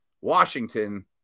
washington